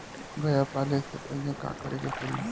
गया पाले से पहिले का करे के पारी?